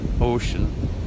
ocean